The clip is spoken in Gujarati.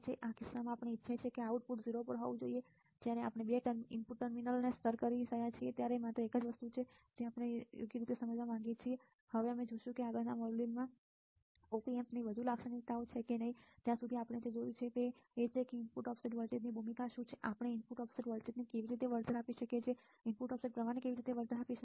આ કિસ્સામાં આપણે ઇચ્છીએ છીએ કે આઉટપુટ 0 પર હોવું જોઈએ જ્યારે આપણે બંને ઇનપુટ ટર્મિનલને સ્તરે કરી રહ્યા છીએ તે માત્ર એક જ વસ્તુ છે જેને આપણે યોગ્ય રીતે સમજવા માંગીએ છીએ હવે અમે જોશું કે તમે આગળના મોડ્યુલમાં Op Amp ની વધુ લાક્ષણિકતા છે કે નહીં ત્યાં સુધી આપણે જે જોયું છે તે એ છે કે ઇનપુટ ઓફસેટ વોલ્ટેજની ભૂમિકા શું છે આપણે ઇનપુટ ઓફસેટ વોલ્ટેજને કેવી રીતે વળતર આપી શકીએ અને ઇનપુટ ઓફસેટ પ્રવાહને કેવી રીતે વળતર આપી શકીએ